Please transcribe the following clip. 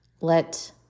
let